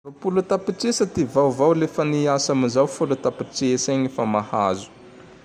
Ropolo tapitrisa ty vaovao le fa niasa amizao folo tapitra igny fa mahazo.